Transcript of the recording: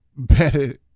Better